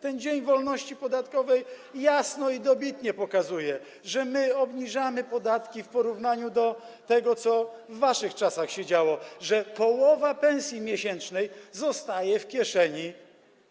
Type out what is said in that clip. Ten dzień wolności podatkowej jasno i dobitnie pokazuje, że my obniżamy podatki w porównaniu do tego, co w waszych czasach się działo, że połowa pensji miesięcznej zostaje w kieszeni